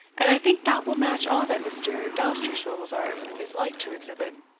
and i think that will match all that mr. dousterswivel's art is like to exhibit.